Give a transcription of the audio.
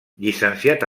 llicenciat